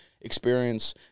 experience